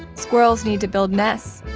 squirrels need to build nests,